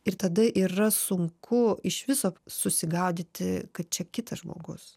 ir tada yra sunku iš viso susigaudyti kad čia kitas žmogus